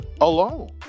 alone